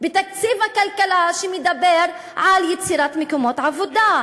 בתקציב משרד הכלכלה שמדבר על יצירת מקומות עבודה.